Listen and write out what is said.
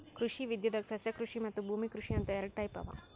ಕೃಷಿ ವಿದ್ಯೆದಾಗ್ ಸಸ್ಯಕೃಷಿ ಮತ್ತ್ ಭೂಮಿ ಕೃಷಿ ಅಂತ್ ಎರಡ ಟೈಪ್ ಅವಾ